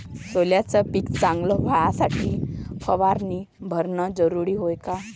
सोल्याचं पिक चांगलं व्हासाठी फवारणी भरनं जरुरी हाये का?